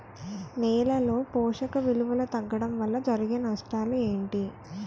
నేలలో పోషక విలువలు తగ్గడం వల్ల జరిగే నష్టాలేంటి?